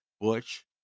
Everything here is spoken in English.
Butch